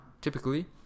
typically